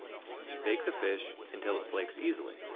bake the fish until it flakes easily.